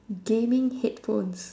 gaming headphones